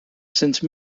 since